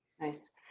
Nice